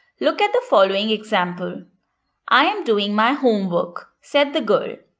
look at the following example i am doing my homework, said the girl.